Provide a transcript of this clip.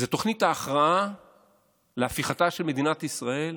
זאת תוכנית ההכרעה להפיכתה של מדינת ישראל